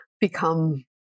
become